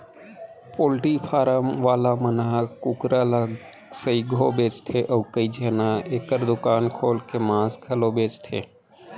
poultry farm वाला मन ह कुकरा ल सइघो बेचथें अउ कइझन एकर दुकान खोल के मांस घलौ बेचथें